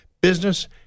business